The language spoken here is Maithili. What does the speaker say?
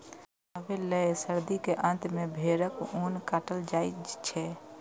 ऊन बनबै लए सर्दी के अंत मे भेड़क ऊन काटल जाइ छै